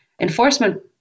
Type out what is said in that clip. enforcement